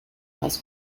house